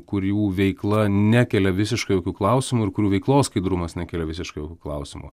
kurių veikla nekelia visiškai jokių klausimų ir kurių veiklos skaidrumas nekelia visiškai klausimų